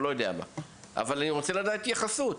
אבל אני רוצה לדעת התייחסות.